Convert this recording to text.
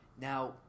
Now